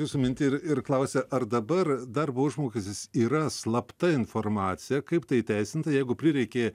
jūsų mintį ir klausia ar dabar darbo užmokestis yra slapta informacija kaip tai įteisinta jeigu prireikė